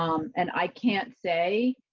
um and i can't say.